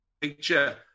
picture